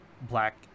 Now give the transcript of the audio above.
black